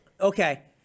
okay